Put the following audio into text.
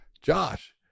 Josh